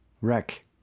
wreck